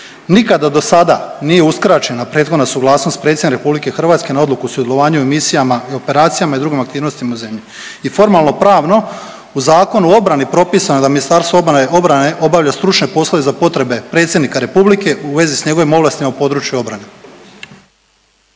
Nikada do sada nije uskraćena prethodna suglasnost predsjednika RH na odluku o sudjelovanju u misijama i operacijama i drugim aktivnostima u zemlji. I formalnopravno u Zakonu o obrani propisano je da Ministarstvo obrane obavlja stručne poslove za potrebe predsjednika republike u vezi s njegovim ovlastima u području obrane.